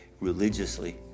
religiously